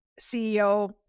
CEO